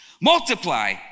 Multiply